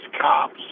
cops